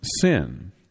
sin